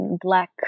black